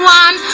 one